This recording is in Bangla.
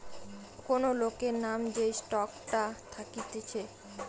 কোন লোকের নাম যে স্টকটা থাকতিছে